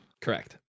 Correct